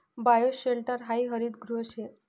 bioshelter हायी हरितगृह शे